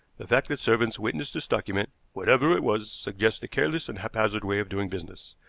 the fact that servants witnessed this document, whatever it was, suggests a careless and haphazard way of doing business,